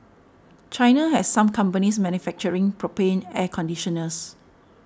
China has some companies manufacturing propane air conditioners